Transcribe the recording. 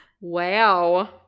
Wow